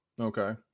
okay